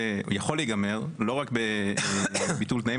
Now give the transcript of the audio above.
יכול להיגמר לא רק בביטול תנאים,